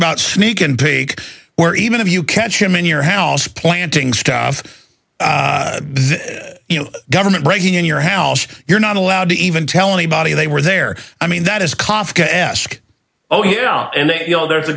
about sneak and peek or even if you catch him in your house planting stuff you know government breaking in your house you're not allowed to even tell anybody they were there i mean that is kafka esque oh yeah and you know there's a